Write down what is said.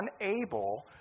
unable